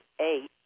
eight